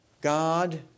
God